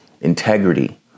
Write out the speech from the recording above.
integrity